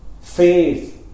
faith